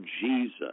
Jesus